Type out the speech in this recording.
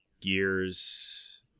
Gears